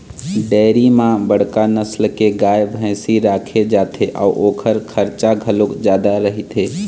dairy म बड़का नसल के गाय, भइसी राखे जाथे अउ ओखर खरचा घलोक जादा रहिथे